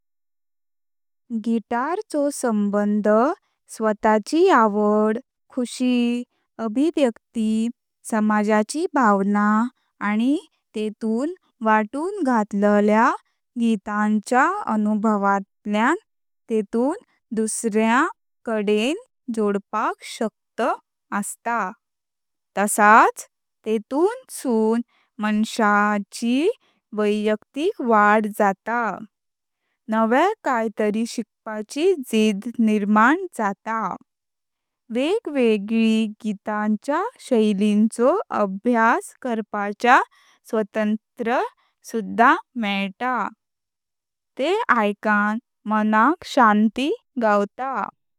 गिटार चो संबंध स्वताची आवड, खुशी, अभिव्यक्ति, समाजाची भावना अनी तेतून वायातुन गाठल्या गीतांच्या अनुभवांतल्या। तेतून दुसऱ्यान कडेन जोडपाक शक्त आसता, तसाच तेतून सुन मान्साच्या वैयक्तिक वाद जाता, नव्या काय तरी शिकपाची जिद्द निर्माण जाता, वेगवेगळी गीतांच्या शैलिंचो अध्ययन करपाचा स्वतंत्रायुद्ध मिळता, तें ऐकान मनाक शांती गावता।